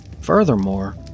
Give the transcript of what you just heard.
Furthermore